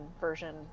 version